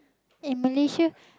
and Malaysia